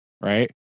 right